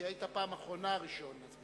הודעה למזכיר הכנסת,